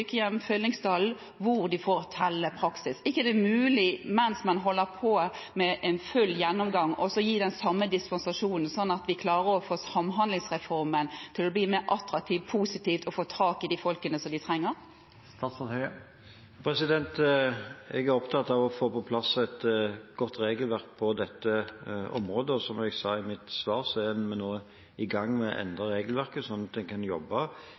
hvor de får tellende praksis. Er det ikke mulig, mens man holder på med en full gjennomgang, å gi den samme dispensasjonen slik at vi klarer å få samhandlingsreformen til å bli mer attraktiv, noe positivt, så de får tak i de folkene de trenger? Jeg er opptatt av å få på plass et godt regelverk på dette området, og som jeg sa i mitt svar, er vi nå i gang med å endre regelverket slik at en kan jobbe